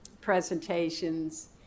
presentations